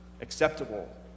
acceptable